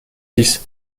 six